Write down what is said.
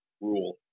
rule